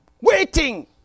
Waiting